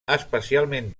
especialment